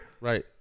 Right